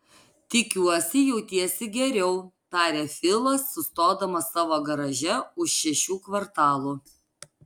tikiuosi jautiesi geriau tarė filas sustodamas savo garaže už šešių kvartalų